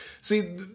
See